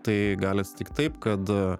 tai gali atsitikt taip kad